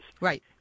Right